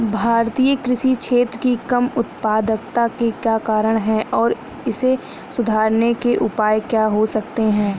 भारतीय कृषि क्षेत्र की कम उत्पादकता के क्या कारण हैं और इसे सुधारने के उपाय क्या हो सकते हैं?